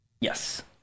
Yes